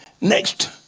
next